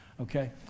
okay